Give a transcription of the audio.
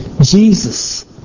Jesus